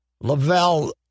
Lavelle